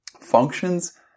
functions